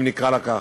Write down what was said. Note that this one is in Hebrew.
אם נקרא לה כך,